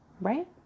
right